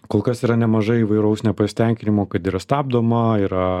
kol kas yra nemažai įvairaus nepasitenkinimo kad yra stabdoma yra